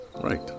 right